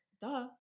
Duh